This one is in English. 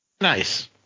Nice